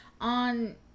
on